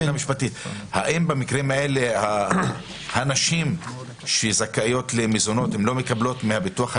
האם במקרים האלה הנשים שזכאיות למזונות הן לא מקבלות מהביטוח הלאומי?